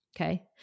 Okay